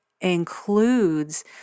includes